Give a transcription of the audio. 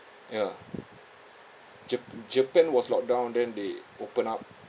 ya jap~ japan was locked down then they open up